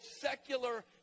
secular